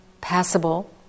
passable